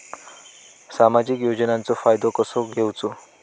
सामाजिक योजनांचो फायदो कसो घेवचो?